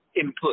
input